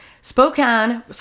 Spokane